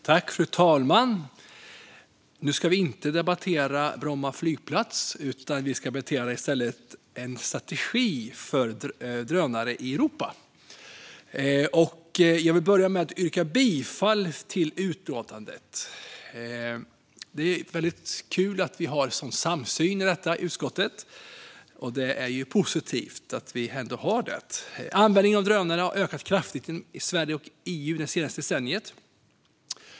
Fru talman! Nu ska vi inte debattera Bromma flygplats, utan vi ska i stället debattera en strategi för drönare i Europa. Jag vill börja med att yrka bifall till utskottets utlåtande. Det är kul och positivt att vi har samsyn i utskottet. Användningen av drönare har ökat kraftigt i Sverige och EU det senaste decenniet.